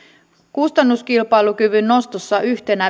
kustannuskilpailukyvyn nostossa yhtenä